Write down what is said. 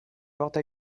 porte